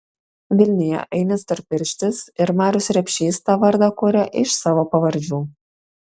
vilniuje ainis storpirštis ir marius repšys tą vardą kuria iš savo pavardžių